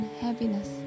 happiness